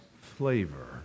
flavor